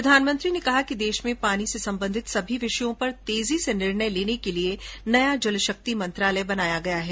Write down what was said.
प्रधानमंत्री ने कहा कि देश में पानी से संबंधित सभी विषयों पर तेजी से निर्णय लेने के लिए नया जल शक्ति मंत्रालय बनाया गया है